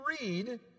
read